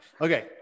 okay